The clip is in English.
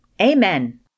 Amen